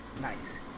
Nice